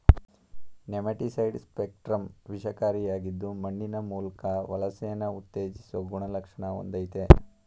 nematicide spectrum ವಿಷಕಾರಿಯಾಗಿದ್ದು ಮಣ್ಣಿನ ಮೂಲ್ಕ ವಲಸೆನ ಉತ್ತೇಜಿಸೊ ಗುಣಲಕ್ಷಣ ಹೊಂದಯ್ತೆ